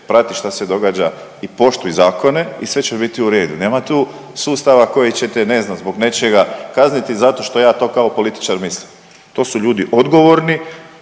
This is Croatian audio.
prati šta se događa i poštuj zakone i sve će biti u redu. Nema tu sustava koji će te ne znam zbog nečega kazniti zato što ja to kao političar mislim. To su ljudi odgovorni,